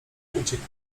uciekł